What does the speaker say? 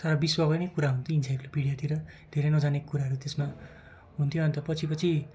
सारा विश्वको नै कुरा हुन्थ्यो इन्साइक्लोपिडियातिर धेरै नजानेको कुराहरू त्यसमा हुन्थ्यो अन्त पछि पछि